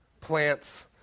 plants